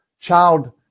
child